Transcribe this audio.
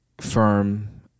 firm